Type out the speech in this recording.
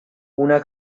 una